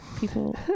people